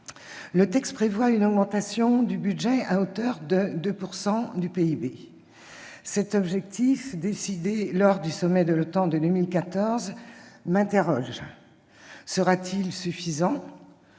Le texte prévoit une augmentation du budget à hauteur de 2 % du PIB. Cet objectif, décidé lors du sommet de l'OTAN de 2014, m'interroge. Sera-t-il suffisant